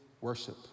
worship